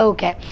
Okay